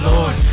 Lord